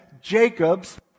Jacob's